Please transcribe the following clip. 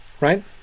right